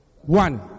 One